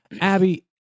Abby